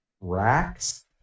racks